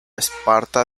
esparta